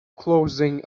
clothing